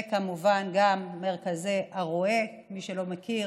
וכמובן גם המוקד הרואה, מי שלא מכיר,